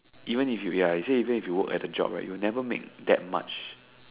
even if you ya he say even if you work at the job right you will never make that much